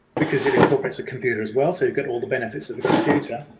because it incorporates a computer as well, so you get all the benefits of the computer.